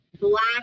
black